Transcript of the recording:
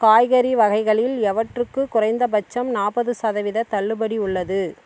காய்கறி வகைகளில் எவற்றுக்கு குறைந்தபட்சம் நாற்பது சதவீத தள்ளுபடி உள்ளது